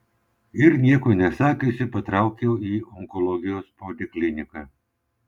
ir nieko nesakiusi patraukiau į onkologijos polikliniką